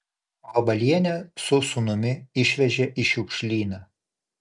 vabalienę su sūnumi išvežė į šiukšlyną